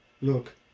Look